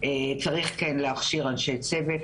צריך להכשיר אנשי צוות.